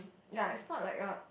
ya it's not like a